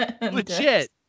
legit